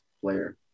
player